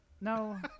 no